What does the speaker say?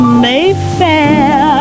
mayfair